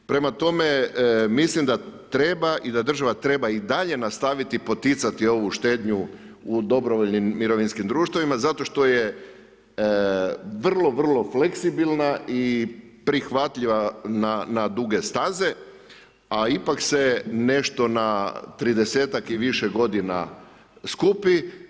Prema tome, mislim da treba i da država treba i dalje nastaviti poticati ovu štednju u dobrovoljnim mirovinskim društvima zato što je vrlo, vrlo fleksibilna i prihvatljiva na duge staze, a ipak se nešto na tridesetak i više godina skupi.